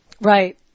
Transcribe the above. Right